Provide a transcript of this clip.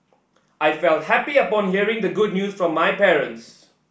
I felt happy upon hearing the good news from my parents